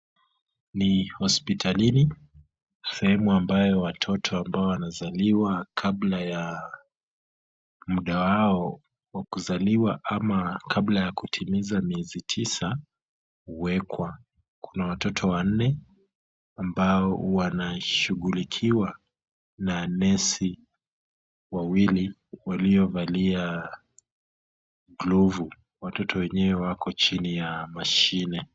Ni hospitalini, sehemu ambayo watoto ambao wanazaliwa kabla ya muda wao wa kuzalia ama kabla ya kutimiza miezi tisa huwekwa, kuna watoto wanne ambao wanashughulikiwa na nesi wawili waliovalia glovu, watoto wenyewe wako chini ya mashine.